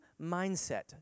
mindset